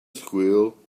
squeal